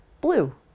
blue